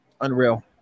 Unreal